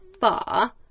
far